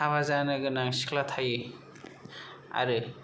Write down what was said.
हाबा जानो गोनां सिख्ला थायो आरो